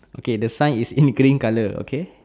okay the sign is in green colour okay